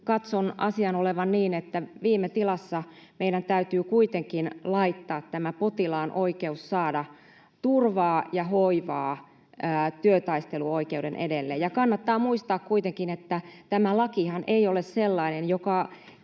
katson asian olevan niin, että viime tilassa meidän täytyy kuitenkin laittaa potilaan oikeus saada turvaa ja hoivaa työtaisteluoikeuden edelle. Ja kannattaa muistaa kuitenkin, että tämä lakihan ei ole sellainen, joka